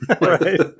Right